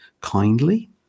kindly